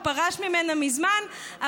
הוא פרש ממנה מזמן,